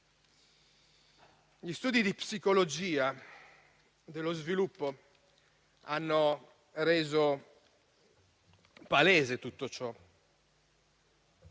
Gli studi di psicologia dello sviluppo hanno reso palese tutto ciò.